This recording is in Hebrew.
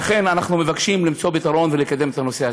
לכן אנחנו מבקשים למצוא פתרון ולקדם את הנושא הזה.